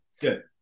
good